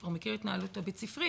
כבר מכיר את ההתנהלות הבית-ספרית.